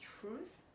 truth